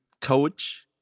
coach